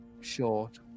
Short